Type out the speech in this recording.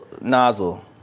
nozzle